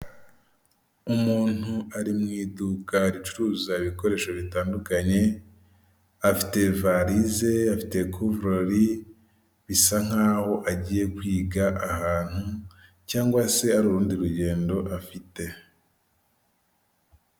Foregisi biro, manigaramu, wesitani yuniyoni, ubu bwose ni uburyo abantu bashaka kohereza amafaranga mu bihugu by'amahanga bakoresha kugira ngo agere kubayagenewe.